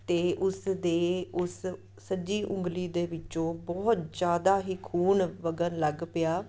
ਅਤੇ ਉਸ ਦੇ ਉਸ ਸੱਜੀ ਉਂਗਲੀ ਦੇ ਵਿੱਚੋਂ ਬਹੁਤ ਜ਼ਿਆਦਾ ਹੀ ਖੂਨ ਵਗਣ ਲੱਗ ਪਿਆ